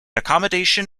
accommodation